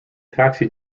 taxi